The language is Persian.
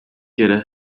گـره